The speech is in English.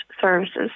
services